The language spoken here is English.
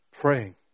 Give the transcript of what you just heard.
Praying